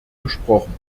gesprochen